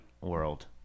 world